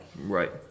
Right